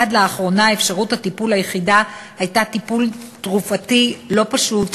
עד לאחרונה אפשרות הטיפול היחידה הייתה טיפול תרופתי לא פשוט,